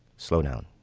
slow down